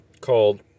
called